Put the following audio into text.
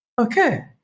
okay